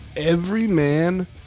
Everyman